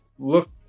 Look